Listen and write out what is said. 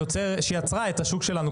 שיצרו את השוק שלנו,